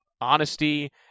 honesty